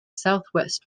southwest